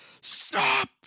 stop